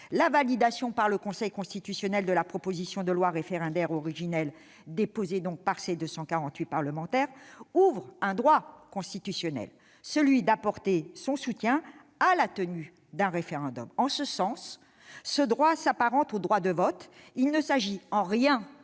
La validation par le Conseil constitutionnel de la proposition de loi référendaire originelle, déposée par 248 parlementaires, ouvre un droit constitutionnel : celui d'apporter son soutien à la tenue d'un référendum. En ce sens, ce droit s'apparente au droit de vote. Il ne s'agit en rien